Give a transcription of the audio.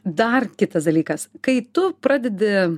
dar kitas dalykas kai tu pradedi